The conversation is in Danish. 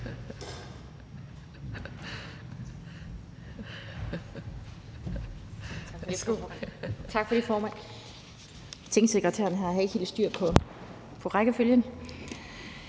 Tak for det, formand.